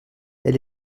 elle